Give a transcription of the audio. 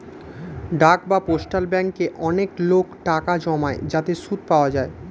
ডাক বা পোস্টাল ব্যাঙ্কে অনেক লোক টাকা জমায় যাতে সুদ পাওয়া যায়